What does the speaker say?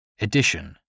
edition